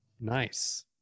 Nice